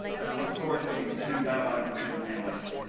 and i look forward to the ensuing dialogue between the panelists.